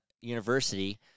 University